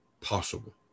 possible